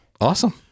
Awesome